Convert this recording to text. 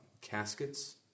caskets